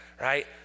right